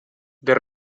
del